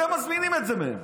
אתם מזמינים את זה מהם.